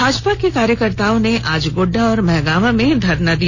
भाजपा के कार्यकर्ताओं ने आज गोड़डा और महागामा में धरना दिया